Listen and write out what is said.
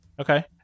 Okay